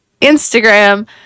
instagram